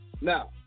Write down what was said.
now